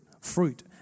fruit